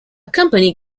company